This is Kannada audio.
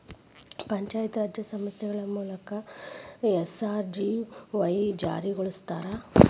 ಪಂಚಾಯತ್ ರಾಜ್ ಸಂಸ್ಥೆಗಳ ಮೂಲಕ ಎಸ್.ಜಿ.ಆರ್.ವಾಯ್ ಜಾರಿಗೊಳಸ್ಯಾರ